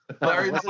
Larry